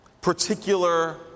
particular